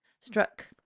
struck